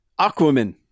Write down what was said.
Aquaman